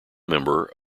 member